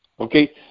Okay